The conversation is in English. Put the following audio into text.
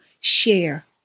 share